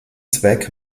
zweck